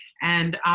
and,